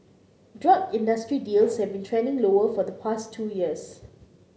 drug industry deals have been trending lower for the past two years